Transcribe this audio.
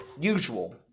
usual